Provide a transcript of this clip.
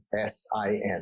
S-I-N